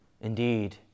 Indeed